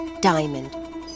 diamond